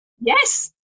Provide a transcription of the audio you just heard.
Yes